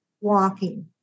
walking